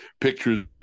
pictures